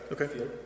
Okay